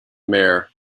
mare